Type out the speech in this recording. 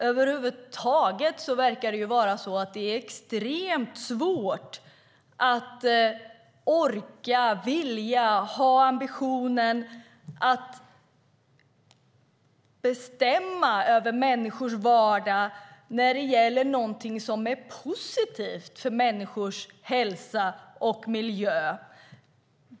Över huvud taget verkar det vara så att det är extremt svårt att orka, vilja och ha ambitionen att bestämma över människors vardag när det gäller någonting som är positivt för människors hälsa och miljö.